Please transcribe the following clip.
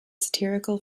satirical